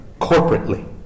corporately